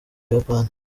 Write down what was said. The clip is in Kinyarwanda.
buyapani